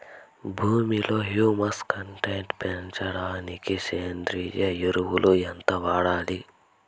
భూమిలో humus content పెంచడానికి సేంద్రియ ఎరువు ఎంత వాడుతారు